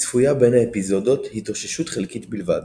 צפויה בין האפיזודות התאוששות חלקית בלבד.